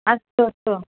अस्तु अस्तु